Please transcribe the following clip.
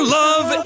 love